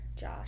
Josh